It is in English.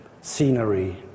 scenery